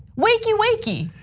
wakey, wakey.